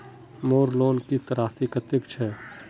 मोर लोन किस्त राशि कतेक छे?